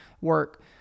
work